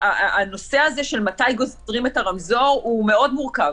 הנושא הזה של מתי גוזרים את הרמזור הוא מאוד מורכב.